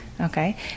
Okay